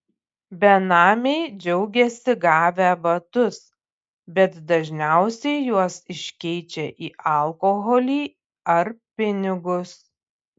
benamiai džiaugiasi gavę batus bet dažniausiai juos iškeičia į alkoholį ar pinigus